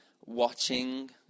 watching